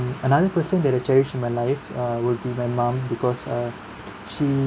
another person that I cherish in my life uh will be my mom because uh she